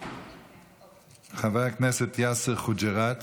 חבר הכנסת יאסר חוג'יראת,